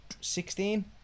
sixteen